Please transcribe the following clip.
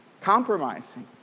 compromising